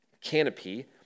canopy